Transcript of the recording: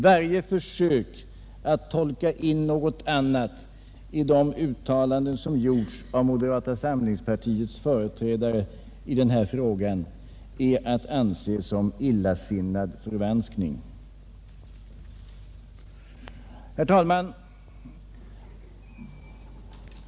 Varje försök att tolka in något annat i de uttalanden som gjorts av moderata samlingspartiets företrädare i denna fråga är att anse som illasinnad förvanskning. Herr talman!